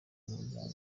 n’umuryango